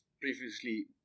previously